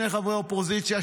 שני חברי אופוזיציה,